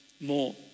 more